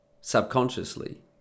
subconsciously